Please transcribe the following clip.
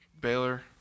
Baylor